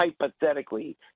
hypothetically